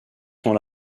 sont